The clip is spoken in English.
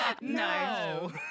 No